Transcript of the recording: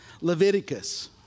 Leviticus